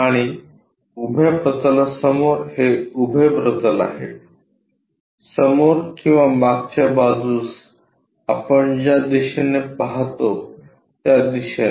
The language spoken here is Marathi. आणि उभ्या प्रतलासमोर हे उभे प्रतल आहे समोर किंवा मागच्या बाजूस आपण ज्या दिशेने पाहतो त्या दिशेने